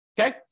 okay